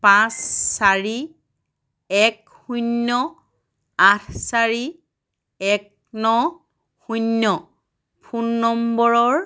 পাঁচ চাৰি এক শূন্য আঠ চাৰি এক ন শূন্য ফোন নম্বৰৰ